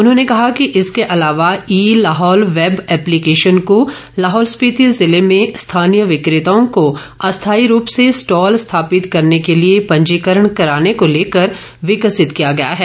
उन्होंने कहा कि इसके अलावा ई लाहौल वैब ऐप्लीकेशन को लाहौल स्पीति जिले में स्थानीय विकताओं को अस्थाई रूप से स्टॉल स्थापित करने के लिए पंजीकरण कराने को लेकर विकसित किया गया है